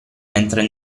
mentre